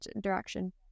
direction